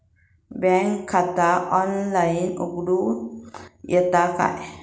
बँकेत खाता ऑनलाइन उघडूक येता काय?